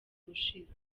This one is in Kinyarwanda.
ushize